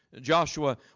Joshua